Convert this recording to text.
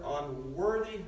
unworthy